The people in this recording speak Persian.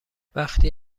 وقتی